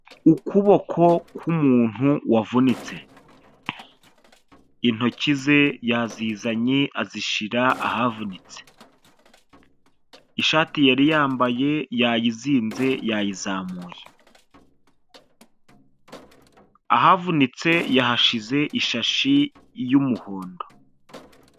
Ukuboko k'umuntu wavunitse. Intoki yazizanye azishyira ahavunitse. Ishati yari yambaye yayizinze, yayizamuye. Ahavunitse yahashyize ishashi y'umuhondo.